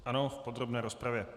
Ano, v podrobné rozpravě.